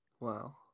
Wow